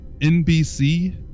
NBC